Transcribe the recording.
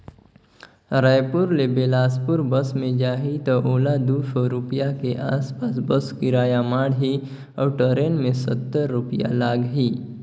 रायपुर ले बेलासपुर बस मे जाही त ओला दू सौ रूपिया के आस पास बस किराया माढ़ही अऊ टरेन मे सत्तर रूपिया लागही